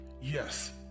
Yes